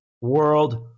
World